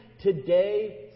today